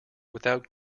without